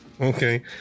Okay